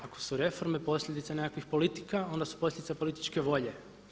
Ako su reforme posljedica nekakvih politika, onda su posljedica političke volje.